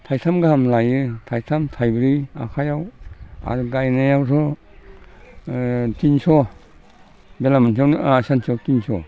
थाइथाम गाहाम लायो थाइथाम थाइब्रै आखाइआव आरो गायनायावथ' तिनस' बेला मोनसेयावनो सानसेयाव तिनस'